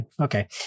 Okay